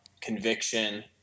conviction